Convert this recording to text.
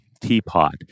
teapot